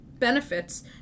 Benefits